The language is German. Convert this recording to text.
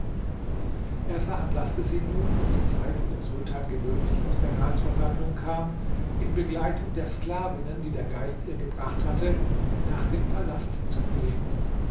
er veranlaßte sie nun um die zeit wo der sultan gewöhnlich aus der ratsversammlung kam in begleitung der sklavinnen die der geist ihr gebracht hatte nach dem palast zu gehen